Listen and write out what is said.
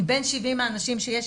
מבין 70 האנשים שיש,